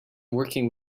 working